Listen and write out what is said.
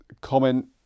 comment